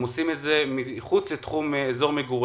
הם עושים את זה מחוץ לתחום אזור מגוריהם.